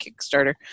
Kickstarter